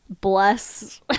bless